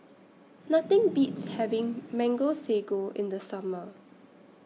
Nothing Beats having Mango Sago in The Summer